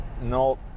No